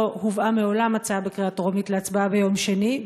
לא הובאה מעולם הצעה לקריאה טרומית להצבעה ביום שני,